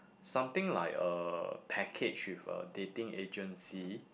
something like a package with a dating agency